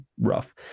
rough